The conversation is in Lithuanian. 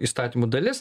įstatymų dalis